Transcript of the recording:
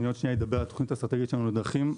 שעוד רגע אדבר על התוכנית האסטרטגית שלנו לדרכים,